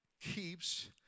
keeps